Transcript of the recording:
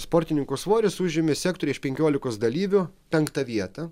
sportininko svoris užėmė sektoriuje iš penkiolikos dalyvių penktą vietą